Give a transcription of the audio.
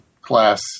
class